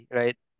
right